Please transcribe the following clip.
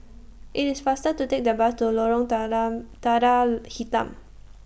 IT IS faster to Take The Bus to Lorong Dana Dana Hitam